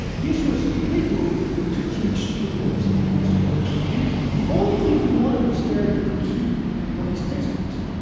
this was written to teach pupils in the next generation. the the only thing he wanted posterity to keep were his textbooks.